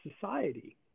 society